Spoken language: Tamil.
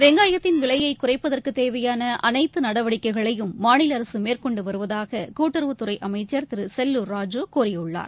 வெங்காயத்தின் விலையை குறைப்பதற்கு தேவையான அனைத்து நடவடிக்கைகளையும் மாநில அரசு மேற்கொண்டு வருவதாக கூட்டுறவுத்துறை அமைச்சர் திரு செல்லூர் ராஜு கூறியுள்ளார்